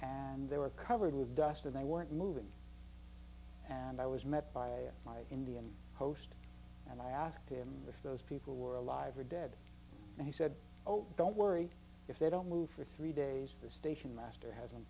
and they were covered with dust and they weren't moving and i was met by my indian host and i asked him if those people were alive or dead and he said oh don't worry if they don't move for three days the stationmaster has been